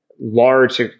Large